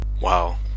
Wow